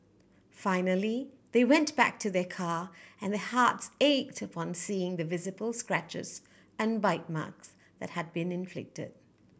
finally they went back to their car and hearts ached upon seeing the visible scratches and bite marks that had been inflicted